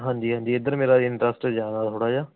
ਹਾਂਜੀ ਹਾਂਜੀ ਇੱਧਰ ਮੇਰਾ ਇੰਟਰਸਟ ਜ਼ਿਆਦਾ ਵਾ ਥੋੜ੍ਹਾ ਜਿਹਾ